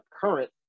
current